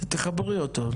תחברי אותו,